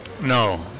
No